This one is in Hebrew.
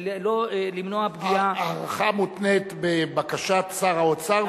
ולמנוע פגיעה ההארכה מותנית בבקשת שר האוצר,